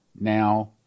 now